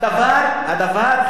הדבר חשוב,